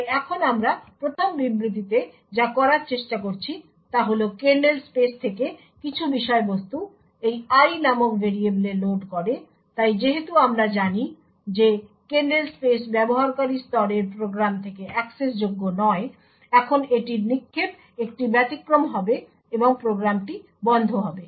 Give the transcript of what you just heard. তাই এখন আমরা প্রথম বিবৃতিতে যা করার চেষ্টা করছি তা হল কার্নেল স্পেস থেকে কিছু বিষয়বস্তু এই i নামক ভেরিয়েবলে লোড করে তাই যেহেতু আমরা জানি যে কার্নেল স্পেস ব্যবহারকারী স্তরের প্রোগ্রাম থেকে অ্যাক্সেসযোগ্য নয় এখন এটির নিক্ষেপ একটি ব্যতিক্রম হবে এবং প্রোগ্রামটি বন্ধ হবে